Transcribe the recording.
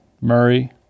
Murray